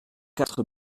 quatre